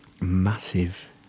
Massive